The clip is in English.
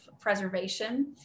preservation